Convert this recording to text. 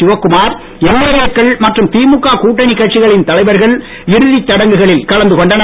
Sivakumar MLA க்கள் மற்றும் திமுக கூட்டணிக் கட்சிகளின் தலைவர்கள் இறுதிச் சடங்குகளில் கலந்து கொண்டனர்